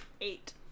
Eight